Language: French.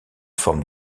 forme